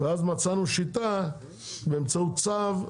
ואז מצאנו שיטה באמצעות צו,